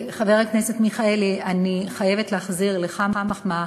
חבר הכנסת מיכאלי, אני חייבת להחזיר לך מחמאה